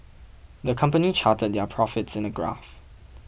the company charted their profits in a graph